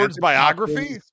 biography